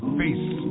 face